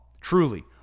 Truly